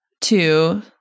Two